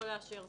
לא לאשר,